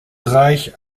reich